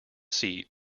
seat